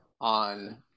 on